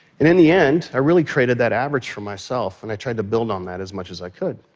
and in the end i really created that average for myself and i tried to build on that as much as i could.